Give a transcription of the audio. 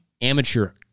Amateur